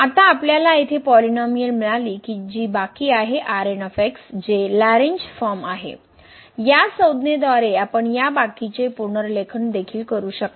आता आपल्याला येथे पॉलिनोमिअल मिळाली जि बाकी आहे जे लॅरेंजफॉर्म आहे या संज्ञेद्वारे आपण या बाकीचे पुनर्लेखन देखील करू शकता